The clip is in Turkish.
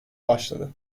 başladı